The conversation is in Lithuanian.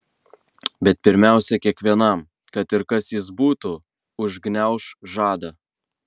bet pirmiausia kiekvienam kad ir kas jis būtų užgniauš žadą